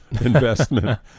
investment